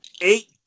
eight